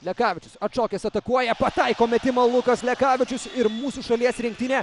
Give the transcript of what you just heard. lekavičius atšokęs atakuoja pataiko metimą lukas lekavičius ir mūsų šalies rinktinė